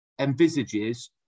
envisages